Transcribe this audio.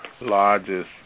largest